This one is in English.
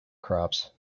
crops